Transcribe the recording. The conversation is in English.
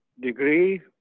degree